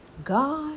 God